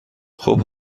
خوب